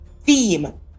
theme